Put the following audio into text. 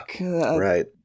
right